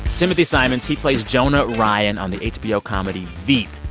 timothy simons he plays jonah ryan on the hbo comedy veep.